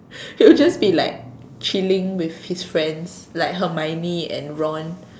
it'll just be like chilling with his friends like Hermione and Ron